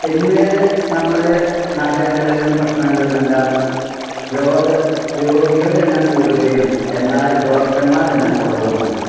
പിന്നെ നമ്മുടെ നഗരങ്ങളിലും പട്ടണങ്ങളിലുമെല്ലാം രോഗം രോഗികളുടെ എണ്ണം കൂടുകയും എന്നാല് ഡോക്ടര്മാർടെ എണ്ണം കുറവുമാണ്